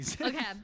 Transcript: Okay